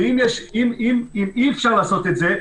ואם אי-אפשר לעשות את זה,